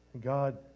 God